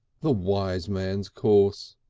the wise man's course.